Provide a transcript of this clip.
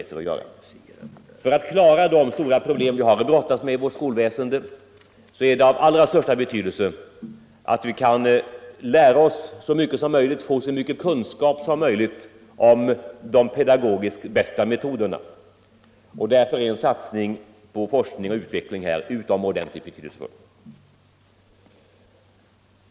För att kunna klara de stora problem vi har att brottas med i vårt skolväsende är det av största betydelse att vi kan få så mycket kunskaper som möjligt om de pedagogiskt bästa metoderna, och därför är en satsning på forskning och utveckling här utomordentligt betydelsefull.